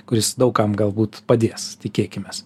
kuris daug kam galbūt padės tikėkimės